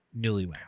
newlyweds